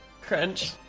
Crunch